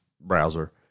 browser